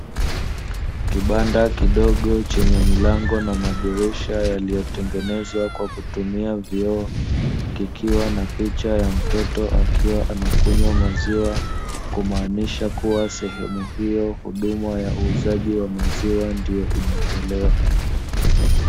Kibanda kidogo chenye milango na madirisha yaliyotengenezwa kwa kutumia vioo, kikiwa na picha ya mtoto akiwa anakunywa maziwa, kumaanisha kuwa sehemu hiyo huduma ya uuzaji wa maziwa ndiyo inatolewa.